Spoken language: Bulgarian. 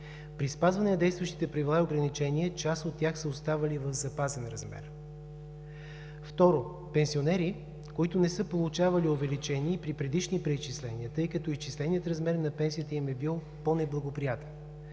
При спазване на действащите правила и ограничения част от тях са оставали в запазен размер. Второ, пенсионери, които не са получавали увеличение и при предишни преизчисления, тъй като изчисленият размер на пенсията им е бил по-неблагоприятен.